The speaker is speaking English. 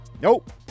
nope